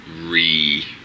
re